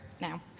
now